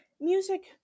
music